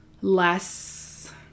less